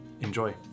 Enjoy